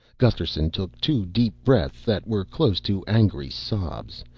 gusterson took two deep breaths that were close to angry sobs.